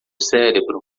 cérebro